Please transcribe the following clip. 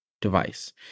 device